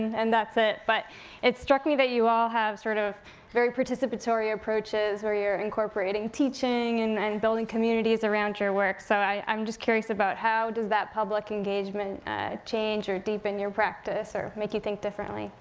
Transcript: and that's it. but it struck me that you all have sort of very participatory approaches, where you're incorporating teaching, and and building communities around your work. so i'm just curious about how does that public engagement change or deepen your practice, or make you think differently?